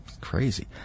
crazy